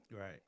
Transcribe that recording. Right